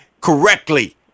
correctly